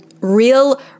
real